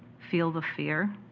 feel the fear?